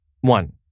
One